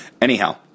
Anyhow